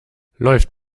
läuft